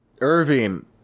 Irving